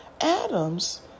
Adams